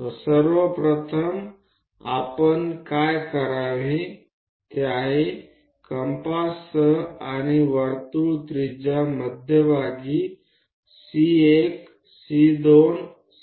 तर सर्वप्रथम आपण काय करावे ते आहे कंपाससह आणि वर्तुळ त्रिज्या मध्यभागी C 1 C 2